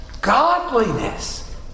godliness